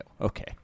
Okay